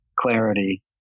clarity